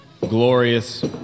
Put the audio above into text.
glorious